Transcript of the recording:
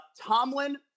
Tomlin